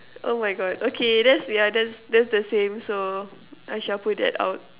oh my God okay that's the other that's the same so I shall put that out